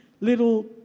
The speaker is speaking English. little